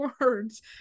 words